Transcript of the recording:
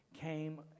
came